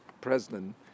president